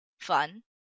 fun